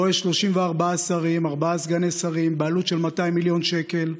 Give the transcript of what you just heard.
שבו יש 34 שרים וארבעה סגני שרים בעלות של 200 מיליון שקל,